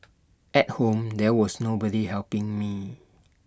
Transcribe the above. at home there was nobody helping me